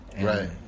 Right